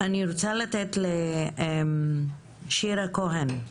אני רוצה להעביר את רשות הדיבור לשירה כהן,